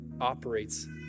operates